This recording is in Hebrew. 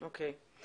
אוקיי,